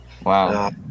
Wow